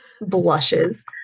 Blushes